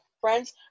friends